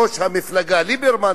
ראש המפלגה ליברמן,